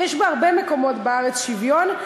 יש בהרבה מקומות בארץ שוויון,